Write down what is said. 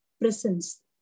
presence